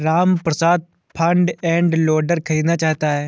Ramprasad front end loader खरीदना चाहता है